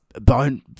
bone